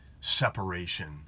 separation